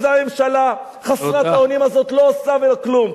והממשלה חסרת האונים הזאת לא עושה כלום.